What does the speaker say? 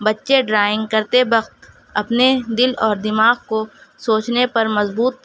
بچے ڈرائنگ کرتے وقت اپنے دل اور دماغ کو سوچنے پر مضبوط